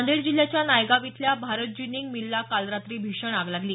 नांदेड जिल्ह्याच्या नायगाव इथल्या भारत जिनींग मिलला काल रात्री भीषण आग लागली